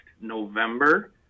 November